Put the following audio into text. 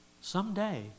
Someday